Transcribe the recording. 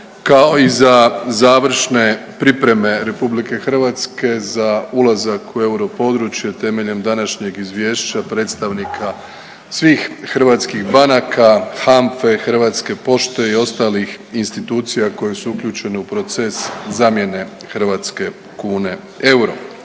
kao i za završne pripreme Republike Hrvatske za ulazak u euro područje temeljem današnjeg izvješća predstavnika svih hrvatskih banaka, HANFA-e, Hrvatske pošte i ostalih institucija koje su uključene u proces zamjene hrvatske kune eurom.